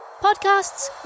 podcasts